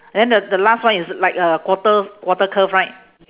and then the the last one is like a quarter quarter curve right